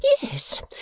Yes